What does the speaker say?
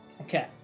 Okay